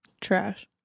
Trash